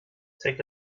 take